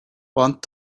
want